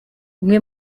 umwe